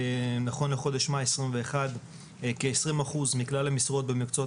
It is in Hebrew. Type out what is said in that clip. נכון לחודש מאי 21 כעשרים אחוז מכלל המשרות במקצועות